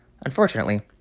Unfortunately